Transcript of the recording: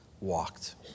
walked